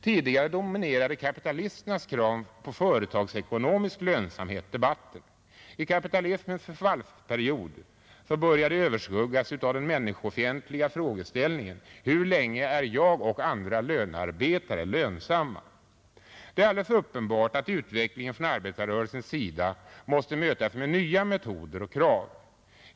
Tidigare dominerade kapitalisternas krav på företagsekonomisk lönsamhet debatten. I kapitalismens förfallsperiod börjar det överskuggas av den människofientliga frågeställningen: Hur länge är jag och andra lönearbetare lönsamma? Det är alldeles uppenbart att utvecklingen från arbetarrörelsens sida måste mötas med nya metoder och krav.